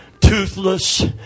toothless